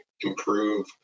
improve